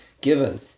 given